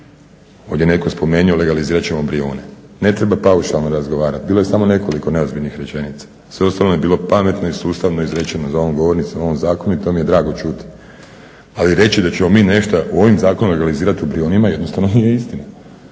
Ovdje je netko spomenuo legalizirat ćemo Brijune. Ne treba paušalno razgovarat, bilo je samo nekoliko neozbiljnih rečenica, sve ostalo je bilo pametno i sustavno izrečeno za ovom govornicom o ovom zakonu i to mi je drago čuti. Ali reći da ćemo mi nešto ovim zakonom legalizirat u Brijunima jednostavno nije istina,